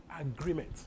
agreement